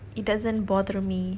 it doesn't bother me